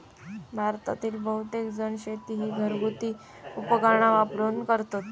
भारतातील बहुतेकजण शेती ही घरगुती उपकरणा वापरून करतत